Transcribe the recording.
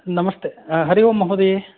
नमस्ते हरि ओं महदये